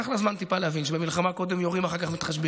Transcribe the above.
לקח לה טיפה זמן להבין שבמלחמה קודם יורים ואחר כך מתחשבנים.